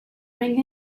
ring